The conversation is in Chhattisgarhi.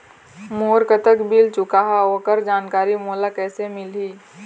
मोर कतक बिल चुकाहां ओकर जानकारी मोला कैसे मिलही?